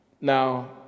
Now